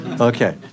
Okay